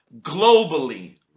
globally